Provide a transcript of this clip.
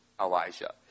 Elijah